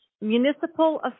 Municipal